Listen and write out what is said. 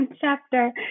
chapter